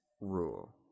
rule